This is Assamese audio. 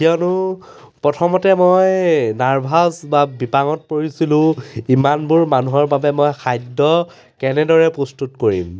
কিয়নো প্ৰথমতে মই নাৰ্ভাছ বা বিপাঙত পৰিছিলোঁ ইমানবোৰ মানুহৰ বাবে মই খাদ্য কেনেদৰে প্ৰস্তুত কৰিম